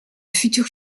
futur